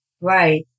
Right